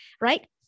right